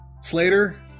Slater